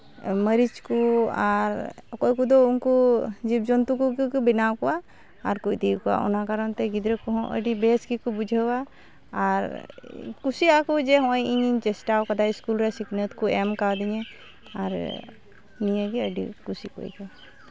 ᱢᱟᱹᱨᱤᱪ ᱠᱚ ᱟᱨ ᱚᱠᱚᱭ ᱠᱚᱫᱚ ᱩᱱᱠᱩ ᱡᱤᱵᱽ ᱡᱚᱱᱛᱩ ᱠᱚᱜᱮ ᱠᱚ ᱵᱮᱱᱟᱣ ᱠᱚᱣᱟ ᱟᱨ ᱠᱚ ᱤᱫᱤᱭᱟᱠᱚᱣᱟ ᱚᱱᱟ ᱠᱟᱨᱚᱱᱛᱮ ᱜᱤᱫᱽᱨᱟᱹ ᱠᱚᱦᱚᱸ ᱟᱹᱰᱤ ᱵᱮᱥ ᱜᱮᱠᱚ ᱵᱩᱡᱷᱟᱹᱣᱟ ᱟᱨ ᱠᱩᱥᱤᱭᱟᱜᱼᱟ ᱠᱚ ᱡᱮ ᱦᱚᱸᱜᱼᱚᱭ ᱤᱧ ᱪᱮᱥᱴᱟᱣ ᱠᱟᱫᱟ ᱥᱠᱩᱞ ᱨᱮ ᱥᱤᱠᱷᱱᱟᱹᱛ ᱠᱚ ᱮᱢ ᱠᱟᱣᱫᱤᱧᱟ ᱟᱨ ᱱᱤᱭᱟᱹ ᱜᱮ ᱟᱹᱰᱤ ᱠᱩᱥᱤ ᱠᱚ ᱟᱹᱭᱠᱟᱹᱣᱟ